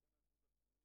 בוקר טוב,